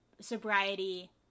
sobriety